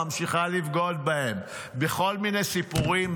ממשיכה לבגוד בהם בכל מיני סיפורים?